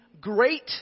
great